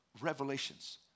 Revelations